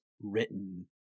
written